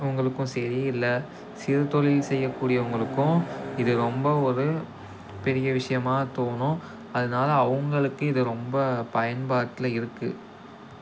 அவங்களுக்கும் சரி இல்லை சிறுத்தொழில் செய்ய கூடியவங்களுக்கும் இது ரொம்ப ஒரு பெரிய விஷயமாக தோணும் அதனால அவங்களுக்கே இது ரொம்ப பயன்பாட்டில் இருக்குது